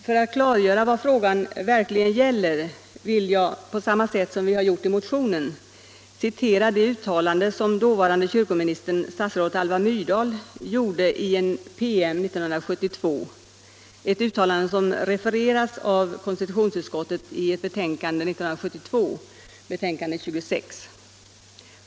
För att klargöra vad frågan verkligen gäller vill jag — på samma sätt som skett i motionen — citera ett uttalande som dåvarande kyrkoministern, f. d. statsrådet Alva Myrdal, gjorde i en PM 1972 och som refererats av konstitutionsutskottet i dess betänkande nr 26 år 1972.